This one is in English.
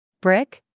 Brick